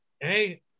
hey